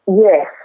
Yes